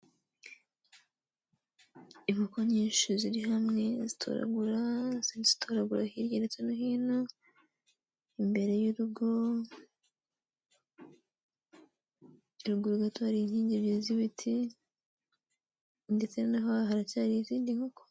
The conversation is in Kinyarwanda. Inkoko nyinshi ziri hamwe zitoragura, zitoragura hirya ndetse no hino, ruguru gato hari inkingi z'ibiti, ndetse n'aha haracyari izindi nkoko.